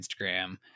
Instagram